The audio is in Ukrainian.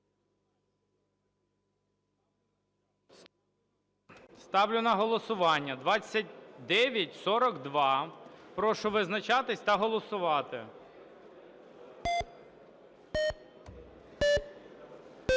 Ставлю на голосування 2961. Прошу визначатись та голосувати.